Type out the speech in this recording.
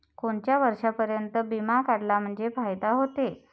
कोनच्या वर्षापर्यंत बिमा काढला म्हंजे फायदा व्हते?